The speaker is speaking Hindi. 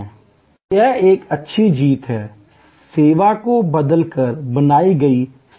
तो यह एक अच्छी जीत है सेवा को बदलकर बनाई गई स्थिति जीत